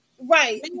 right